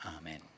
Amen